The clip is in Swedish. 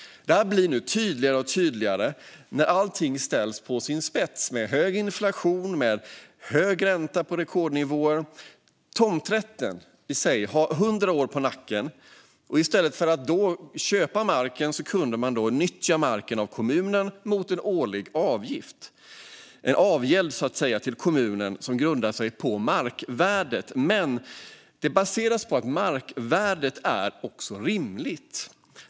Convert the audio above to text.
Detta blir nu tydligare och tydligare när allt ställs på sin spets med hög inflation och hög ränta på rekordnivåer. Tomträtten i sig har över hundra år på nacken. I stället för att köpa marken kunde man nyttja marken av kommunen mot en årlig avgift, en avgäld till kommunen som grundar sig på markvärdet. Men det baseras på att markvärdet är rimligt.